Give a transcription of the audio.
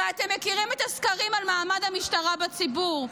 הרי אתם מכירים את הסקרים על מעמד המשטרה בציבור.